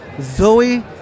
Zoe